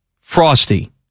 frosty